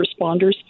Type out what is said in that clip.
responders